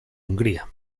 hungría